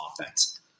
offense